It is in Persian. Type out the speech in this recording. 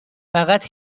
فقط